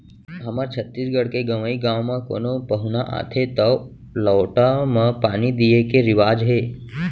हमर छत्तीसगढ़ के गँवइ गाँव म कोनो पहुना आथें तौ लोटा म पानी दिये के रिवाज हे